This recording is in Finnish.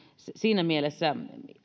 siinä mielessä